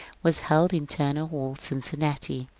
was held in turner hall, cincinnati,